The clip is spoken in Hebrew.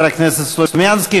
תודה לחבר הכנסת סלומינסקי.